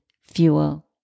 fuel